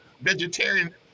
vegetarian